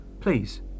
Please